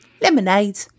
Lemonade